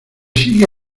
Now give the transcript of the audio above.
sigue